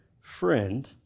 friend